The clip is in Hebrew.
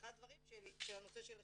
אחד הדברים שהוא הנושא של השימור.